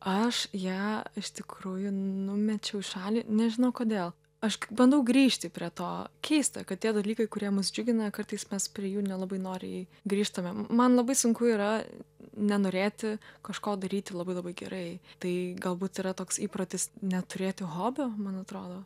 aš ją iš tikrųjų numečiau į šalį nežinau kodėl aš bandau grįžti prie to keista kad tie dalykai kurie mus džiugina kartais mes prie jų nelabai noriai grįžtame man labai sunku yra nenorėti kažko daryti labai labai gerai tai galbūt yra toks įprotis neturėti hobio man atrodo